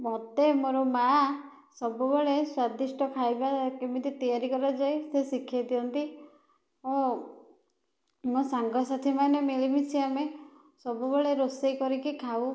ମୋତେ ମୋ'ର ମା' ସବୁବେଳେ ସ୍ୱାଦିଷ୍ଟ ଖାଇବା କେମିତି ତିଆରି କରାଯାଏ ସେ ଶିଖେଇ ଦିଅନ୍ତି ମୋ' ମୋ' ସାଙ୍ଗସାଥି ମାନେ ମିଳିମିଶି ଆମେ ସବୁବେଳେ ରୋଷେଇ କରିକି ଖାଉ